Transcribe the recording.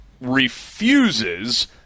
refuses